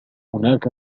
هناك